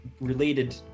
related